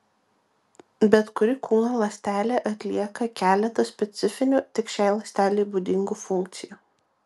bet kuri kūno ląstelė atlieka keletą specifinių tik šiai ląstelei būdingų funkcijų